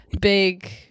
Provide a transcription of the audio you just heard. big